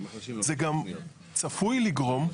זה גם צפוי לגרום,